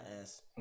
ass